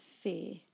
fear